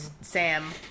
Sam